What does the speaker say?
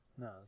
No